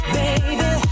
baby